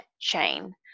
chain